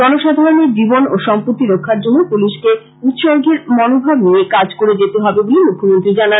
জনসাধারণের জীবন ও সম্পত্তি রক্ষার জন্য পুলিশকে উৎসর্গের মনোভাব নিয়ে কাজ করে যেতে হবে বলে মুখ্যমন্ত্রী জানান